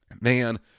man